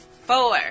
Four